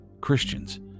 Christians